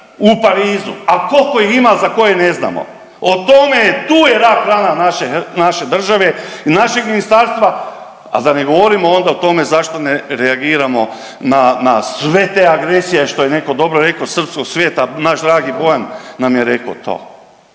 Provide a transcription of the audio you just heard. u Parizu, a kolko ih ima za koje ne znamo. O tome je, tu je rak rana naše, naše države i našeg ministarstva, a da ne govorimo onda o tome zašto ne reagiramo na, na sve te agresije što je neko dobro rekao srpskog svijeta, naš dragi Bojan nam je rekao to.